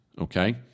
Okay